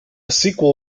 sequel